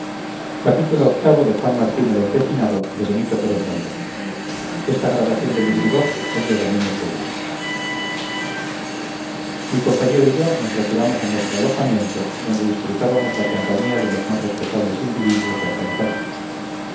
mi compañero y yo nos retiramos a nuestro alojamiento donde disfrutábamos la compañía de los más respetables individuos de aquel ejército